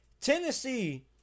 tennessee